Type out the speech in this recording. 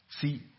See